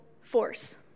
force